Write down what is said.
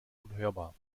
unhörbar